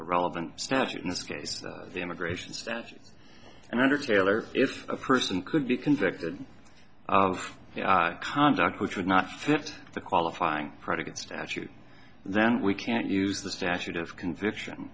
relevant statute in this case the immigration status and under taylor if a person could be convicted of conduct which would not fit the qualifying predicate statute then we can't use the statute of conviction